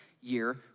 year